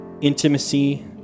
Intimacy